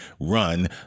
Run